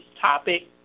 topic